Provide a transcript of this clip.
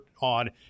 on